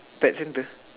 pet centre